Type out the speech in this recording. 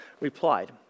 replied